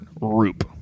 Roop